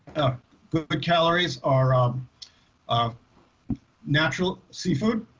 ah good good calories are um um natural seafood